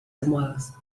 almohadas